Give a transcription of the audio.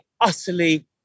utterly